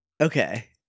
Okay